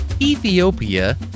Ethiopia